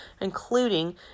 including